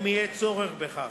אם יהיה צורך בכך.